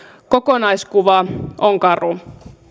kokonaiskuva on karu